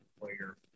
player